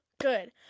good